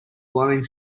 blowing